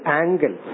angle